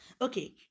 okay